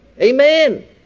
Amen